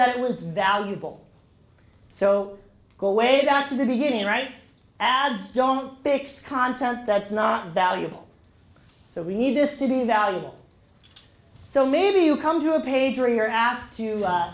that it was valuable so go way back to the beginning right ads don't fix content that's not valuable so we need this to be valuable so maybe you come to a page or you're asked